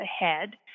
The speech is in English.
ahead